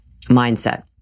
mindset